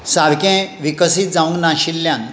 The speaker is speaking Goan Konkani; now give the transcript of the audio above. सारकें विकसीत जावंक नाशिल्ल्यान